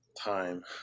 time